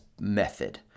method